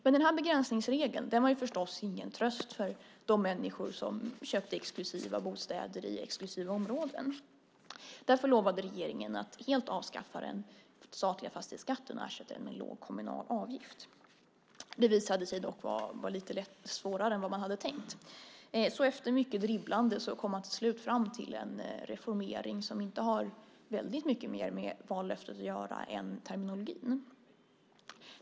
Men den här begränsningsregeln var förstås ingen tröst för de människor som köpte exklusiva bostäder i exklusiva områden. Därför lovade regeringen att helt avskaffa den statliga fastighetsskatten och ersätta den med en låg kommunal avgift. Det visade sig dock vara lite svårare än man hade tänkt, så efter mycket dribblande kom man till slut fram till en reformering som inte har så väldigt mycket mer med vallöftet att göra än terminologin.